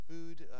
food